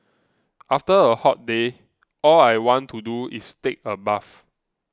after a hot day all I want to do is take a bath